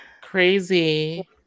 crazy